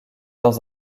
dans